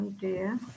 dear